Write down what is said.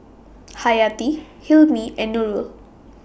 Haryati Hilmi and Nurul